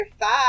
five